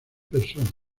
personas